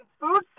food